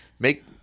Make